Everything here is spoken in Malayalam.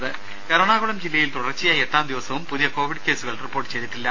രുമ എറണാകുളം ജില്ലയിൽ തുടർച്ചയായി എട്ടാം ദിവസവും പുതിയ കോവിഡ് കേസുകൾ റിപ്പോർട്ട് ചെയ്തിട്ടില്ല